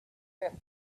fifth